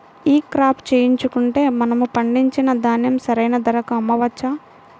ఈ క్రాప చేయించుకుంటే మనము పండించిన ధాన్యం సరైన ధరకు అమ్మవచ్చా?